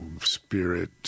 spirit